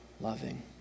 loving